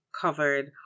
covered